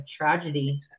tragedy